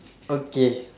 okay